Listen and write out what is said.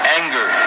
anger